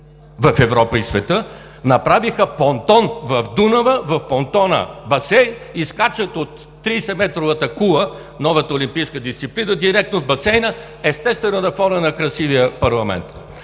в Европа и света! Направиха понтон в Дунава, в понтона – басейн, и скачат от 30-метровата кула, новата олимпийска дисциплина, директно в басейна, естествено на фона на красивия парламент!